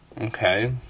Okay